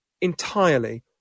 entirely